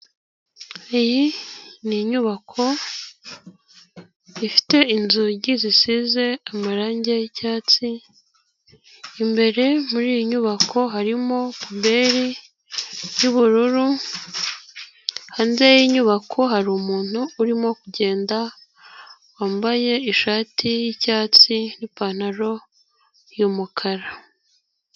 Iyi ni inyubako ifite inzugi zisize amarangi y'icyatsi, imbere muri iyi nyubako harimo puberi y'ubururu, hanze y'inyubako hari umuntu urimo kugenda wambaye ishati y'icyatsi n'ipantaro y'umukara.